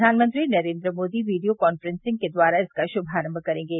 प्रघानमंत्री Narendra Modi video conferencing के द्वारा इसका शुभारम्भ करेंगे